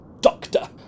Doctor